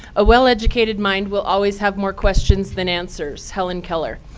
a well-educated mind will always have more questions than answers, helen keller.